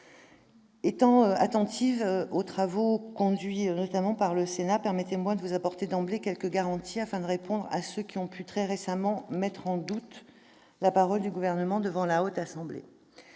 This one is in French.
Étant attentive aux travaux conduits notamment par le Sénat, permettez-moi de vous apporter d'emblée quelques garanties, afin de répondre à ceux qui ont pu, très récemment, mettre en doute la parole du Gouvernement devant la Haute Assemblée.